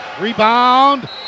Rebound